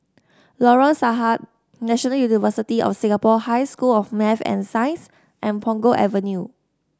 Lorong Sarhad National University of Singapore High School of Math and Science and Punggol Avenue